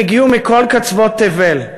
הם הגיעו מכל קצוות תבל,